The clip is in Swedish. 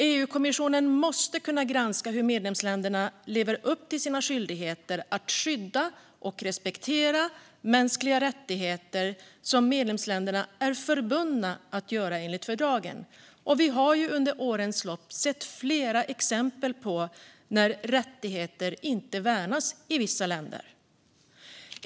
EU-kommissionen måste kunna granska hur medlemsländerna lever upp till skyldigheten att skydda och respektera mänskliga rättigheter som medlemsländerna är förbundna till enligt fördragen. Vi har under årens lopp sett flera exempel på när rättigheter inte värnas i vissa länder.